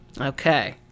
okay